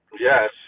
Yes